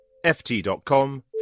ft.com